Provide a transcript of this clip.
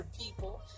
people